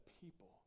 people